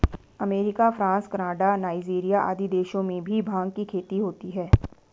America, France, Canada, Nigeria आदि देशों में भी भाँग की खेती होती है